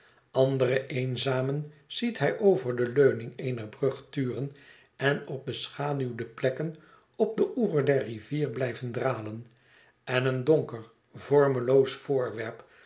andere eenzamen ziet hij over de leuning eener brug turen en op beschaduwde plekken op den oever der rivier blijven dralen en een donker vormeloos voorwerp